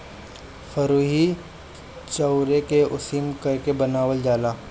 फरुई चाउरे के उसिना करके बनावल जाला